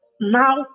now